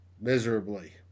miserably